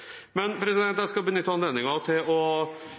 Men jeg har lyst til å